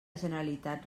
generalitat